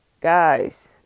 Guys